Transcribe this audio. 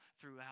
throughout